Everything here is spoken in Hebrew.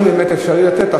אם באמת אפשר לתת,